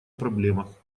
проблемах